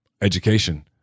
education